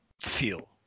feel